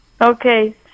Okay